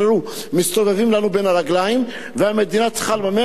מסתובבים לנו בין הרגליים והמדינה צריכה לממן,